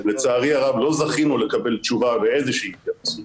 לצערי הרב לא זכינו לקבל תשובה ואיזה שהיא התייחסות.